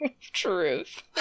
truth